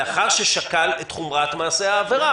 לאחר ששקל את חומרת מעשי העבירה".